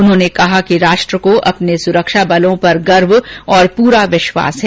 उन्होंने कहा कि राष्ट्र को अपने सुरक्षाबलों पर गर्वऔर पूरा विश्वास है